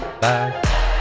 bye